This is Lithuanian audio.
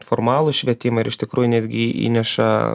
formalų švietimą ir iš tikrųjų netgi įneša